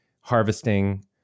harvesting